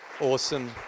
awesome